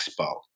expo